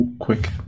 quick